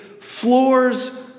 floors